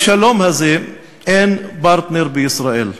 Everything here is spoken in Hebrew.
לשלום הזה, אין פרטנר בישראל.